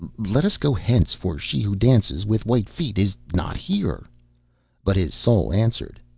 let us go hence, for she who dances with white feet is not here but his soul answered,